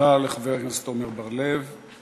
תודה לחבר הכנסת עמר בר-לב.